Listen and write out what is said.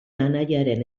anaiaren